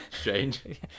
Strange